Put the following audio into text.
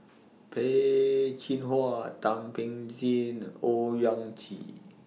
Peh Chin Hua Thum Ping Tjin Owyang Chi